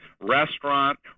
restaurant